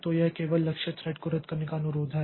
तो यह केवल लक्ष्य थ्रेड को रद्द करने का अनुरोध है